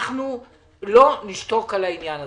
אנחנו לא נשתוק על העניין הזה.